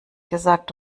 gesagt